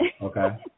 Okay